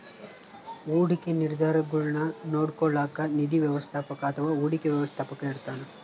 ಹೂಡಿಕೆ ನಿರ್ಧಾರಗುಳ್ನ ನೋಡ್ಕೋಳೋಕ್ಕ ನಿಧಿ ವ್ಯವಸ್ಥಾಪಕ ಅಥವಾ ಹೂಡಿಕೆ ವ್ಯವಸ್ಥಾಪಕ ಇರ್ತಾನ